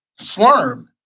slurm